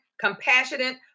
compassionate